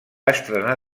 estrenar